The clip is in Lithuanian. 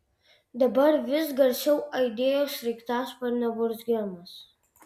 dabar vis garsiau aidėjo sraigtasparnio burzgimas